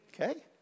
Okay